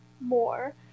more